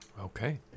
Okay